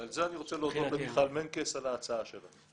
ועל זה אני רוצה להודות למיכל מנקס על ההצעה שלה.